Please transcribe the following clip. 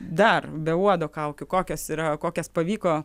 dar be uodo kaukių kokios yra kokias pavyko